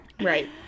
right